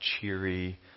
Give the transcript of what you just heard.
cheery